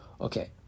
Okay